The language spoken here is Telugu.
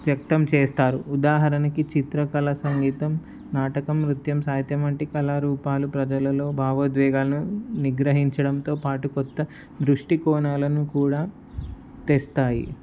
వ్యక్తం చేస్తారు ఉదాహరణకి చిత్రకళ సంగీతం నాటకం నృత్యం సాహత్యం వంటి కళారూపాలు ప్రజలలో భావోద్వేగాలను నిగ్రహించడంతో పాటు కొత్త దృష్టి కోణాలను కూడా తెస్తాయి